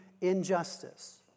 injustice